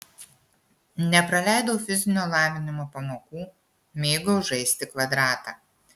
nepraleidau fizinio lavinimo pamokų mėgau žaisti kvadratą